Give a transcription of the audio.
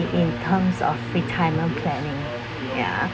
in terms of free timer planning ya